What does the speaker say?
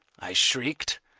i shrieked.